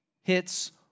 hits